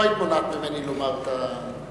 לא היית מונעת ממני לומר את הדברים.